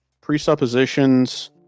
presuppositions